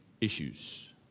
issues